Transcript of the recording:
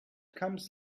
comes